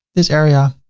this area,